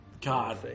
God